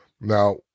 Now